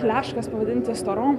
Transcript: leškas pavadinti storom